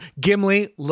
Gimli